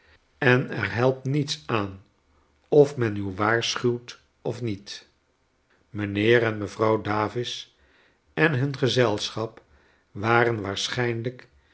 en er helpt niets aan of men u waarschuwt of niet mijnheer en mevrouw davis en hun gezelschap waren waarschijnlijk